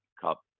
Cup